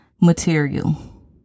material